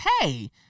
Hey